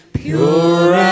pure